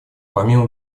помимо